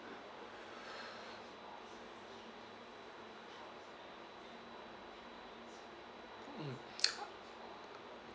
mm